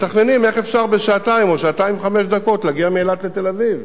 מתכננים איך אפשר בשעתיים או שעתיים וחמש דקות להגיע מאילת לתל-אביב.